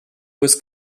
was